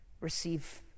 receive